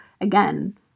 again